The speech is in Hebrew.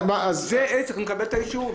אלה צריכים לקבל את האישור.